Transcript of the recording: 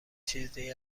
چیزی